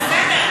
בסדר.